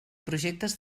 projectes